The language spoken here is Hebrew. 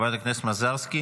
חברת הכנסת מזרסקי.